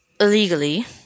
illegally